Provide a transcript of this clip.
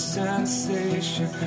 sensation